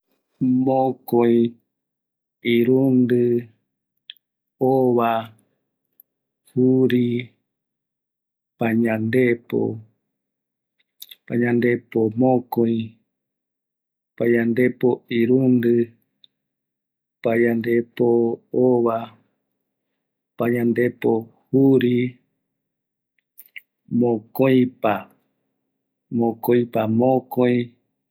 Mbaeti, mokoi, irundi, ova, chiu, payandepo, payandepo mokoɨ, payandepo irundɨ, payandepo ova, payandepo juri, mokoïpa, mokoïpaa mokoï mokoipa irundɨ